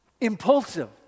impulsive